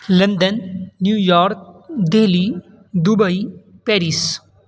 London New York Delhi Dubai Paris